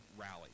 rally